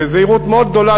בזהירות מאוד גדולה,